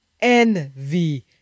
envy